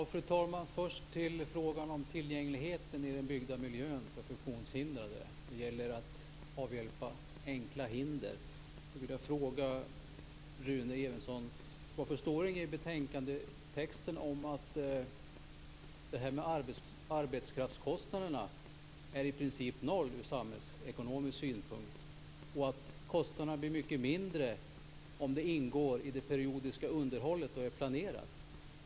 Fru talman! Först till frågan om tillgängligheten i den byggda miljön för funktionshindrade. Det gäller att avhjälpa enkla hinder. Jag vill då fråga Rune Evensson: Varför står det inget i betänkandet om att arbetskraftskostnaderna i princip är noll från samhällsekonomisk synpunkt och om att kostnaderna blir mycket lägre om de ingår i det periodiska underhållet och är planerade?